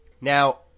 Now